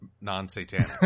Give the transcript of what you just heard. non-Satanic